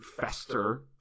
fester